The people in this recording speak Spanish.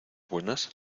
buenas